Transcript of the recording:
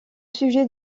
sujet